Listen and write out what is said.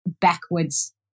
backwards